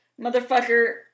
Motherfucker